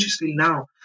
now